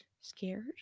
scared